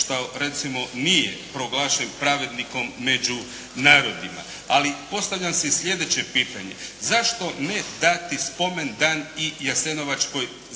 što recimo nije proglašen pravednikom među narodima. Ali postavljam si i slijedeće pitanje, zašto ne dani spomendan i jasenovačkoj žrtvi.